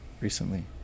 recently